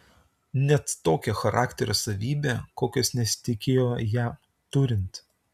net tokią charakterio savybę kokios nesitikėjo ją turint